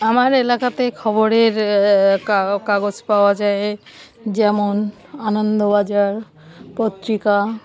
আমার এলাকাতে খবরের কা কাগজ পাওয়া যায় যেমন আনন্দবাজার পত্রিকা